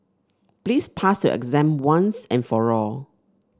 please pass your exam once and for all